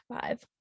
five